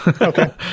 Okay